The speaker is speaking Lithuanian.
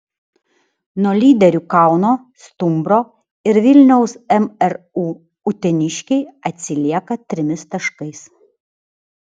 nuo lyderių kauno stumbro ir vilniaus mru uteniškiai atsilieka trimis taškais